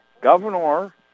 Governor